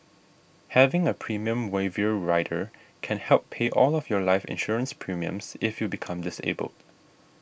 having a premium waiver rider can help pay all of your life insurance premiums if you become disabled